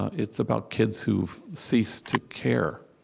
it's about kids who've ceased to care.